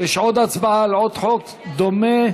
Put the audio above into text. יש הצבעה על עוד חוק דומה